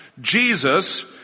Jesus